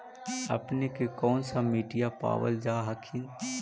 अपने के कौन सा मिट्टीया पाबल जा हखिन?